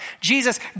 Jesus